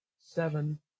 seven